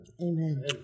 Amen